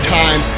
time